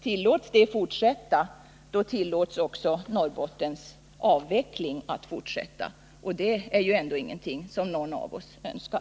Tillåts detta fortsätta tillåts också Norrbottens avveckling att fortsätta, och det är ju ingenting som någon av oss önskar.